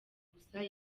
gusa